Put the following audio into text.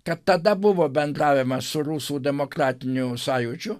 kad tada buvo bendraujama su rusų demokratiniu sąjūdžiu